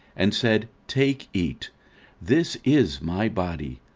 and said, take, eat this is my body,